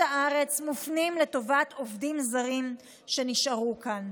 הארץ מופנים לטובת עובדים זרים שנשארו כאן.